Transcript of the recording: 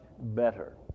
better